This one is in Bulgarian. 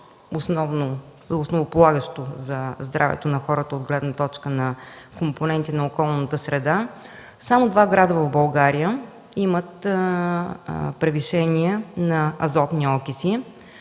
основополагащо за здравето на хората от гледна точка на компоненти на околната среда, само два града в България имат превишение на азотни окиси.